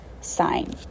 sign